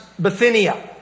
Bithynia